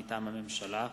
מטעם הממשלה: